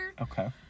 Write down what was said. Okay